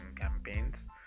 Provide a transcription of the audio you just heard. campaigns